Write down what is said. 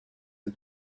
had